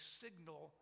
signal